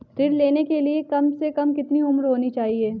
ऋण लेने के लिए कम से कम कितनी उम्र होनी चाहिए?